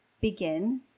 begin